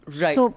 right